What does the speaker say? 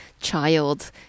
child